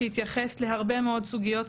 כמו שאמרו פה התייחס להרבה מאוד סוגיות,